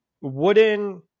wooden